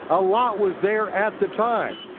a lot was there at the time.